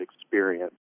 experience